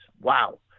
wow